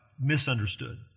misunderstood